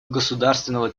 государственного